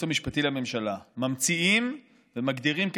המשפטי לממשלה שממציאים ומגדירים כתקדים.